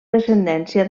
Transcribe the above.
descendència